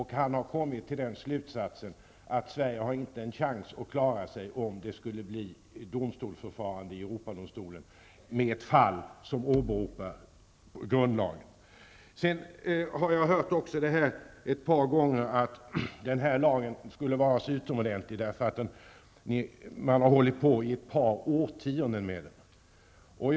Han har kommit till slutsatsen att Sverige inte skulle ha en chans att klara sig i ett domstolsförfarande i Europadomstolen med ett fall där grundlagen åberopas. Jag har hört ett par gånger att denna lag skulle vara så utomordentlig därför att man har hållit på ett par årtionden med den.